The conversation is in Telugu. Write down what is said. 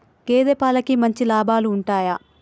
గేదే పాలకి మంచి లాభాలు ఉంటయా?